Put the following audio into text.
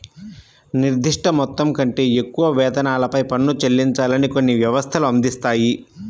నిర్దిష్ట మొత్తం కంటే ఎక్కువ వేతనాలపై పన్ను చెల్లించాలని కొన్ని వ్యవస్థలు అందిస్తాయి